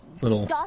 little